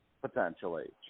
potentially